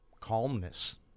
calmness